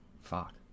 Fuck